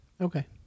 Okay